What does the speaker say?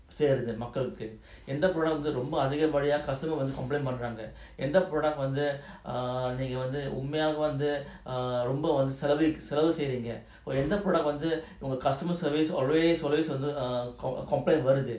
sell as a marked up ரொம்பஅதிகப்படியா:romba adhigapadia customer வந்து:vandhu complain பண்றங்கஎந்த:panranga endha product வந்துஅன்னைக்குவந்துஉண்மையாவந்துஅதிகமாசெலவுசெயிரீங்கஎந்த:vandhu annaiku vandhu unmaya vandhu adhigama selavu seireenga endha product வந்துஉங்க:vandhu unga customer service always always complaint வருது:varuthu